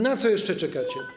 Na co jeszcze czekacie?